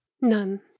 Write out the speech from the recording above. None